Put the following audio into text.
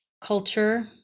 culture